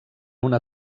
una